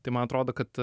tai man atrodo kad